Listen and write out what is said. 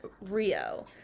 rio